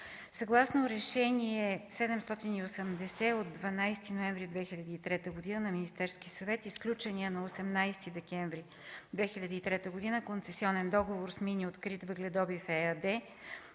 Съгласно Решение № 780 от 12 ноември 2003 г. на Министерския съвет и сключения на 18 декември 2003 г. концесионен договор с „Мини открит въгледобив” ЕАД